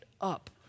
up